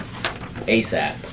ASAP